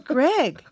Greg